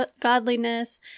godliness